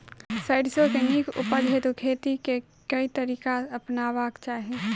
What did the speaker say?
सैरसो केँ नीक उपज हेतु खेती केँ केँ तरीका अपनेबाक चाहि?